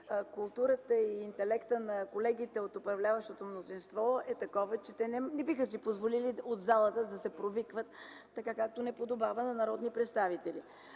културата и интелектът на колегите от управляващото мнозинство са такива, че те не биха си позволили от залата да се провикват, така както не подобава на народни представители.